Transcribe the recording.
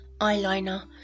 eyeliner